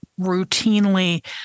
routinely